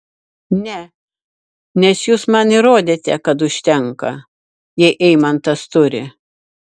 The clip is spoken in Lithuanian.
ne nes jūs man įrodėte kad užtenka jei eimantas turi